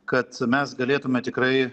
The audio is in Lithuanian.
kad mes galėtume tikrai